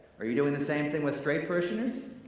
are you doing the same thing with straight parishioners?